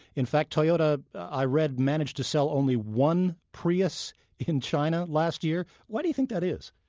in fact, toyota, i read, managed to sell only one prius in china last year? why do you think that is?